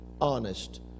honest